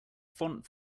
font